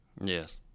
Yes